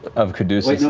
of caduceus'